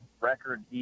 record